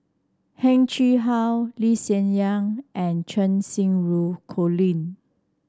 Heng Chee How Lee Hsien Yang and Cheng Xinru Colin